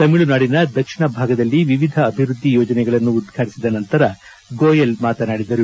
ತಮಿಳುನಾಡಿನ ದಕ್ಷಿಣ ಭಾಗದಲ್ಲಿ ವಿವಿಧ ಅಭಿವೃದ್ದಿ ಯೋಜನೆಗಳನ್ನು ಉದ್ವಾಟಿಸಿದ ನಂತರ ಗೋಯಲ್ ಮಾತನಾಡಿದರು